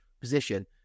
position